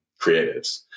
creatives